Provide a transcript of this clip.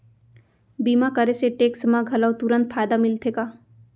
बीमा करे से टेक्स मा घलव तुरंत फायदा मिलथे का?